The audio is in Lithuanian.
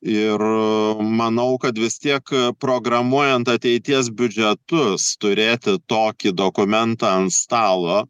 ir manau kad vis tiek programuojant ateities biudžetus turėti tokį dokumentą ant stalo